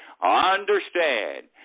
Understand